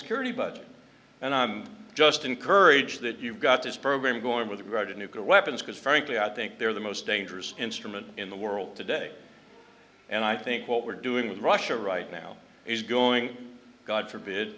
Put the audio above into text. security budget and i'm just encouraged that you've got this program going with regard to nuclear weapons because frankly i think they're the most dangerous instrument in the world today and i think what we're doing with russia right now is going god forbid